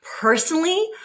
personally